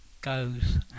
goes